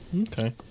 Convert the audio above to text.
Okay